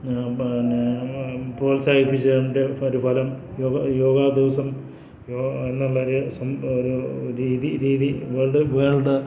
പിന്നെ പ്രോത്സാഹിപ്പിച്ചതിൻ്റെ ഒരു ഫലം യോഗ യോഗ ദിവസം യോഗ എന്നുള്ളൊരു സം ഒരു രീതി രീതി വേൾഡ് വേൾഡ്